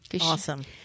Awesome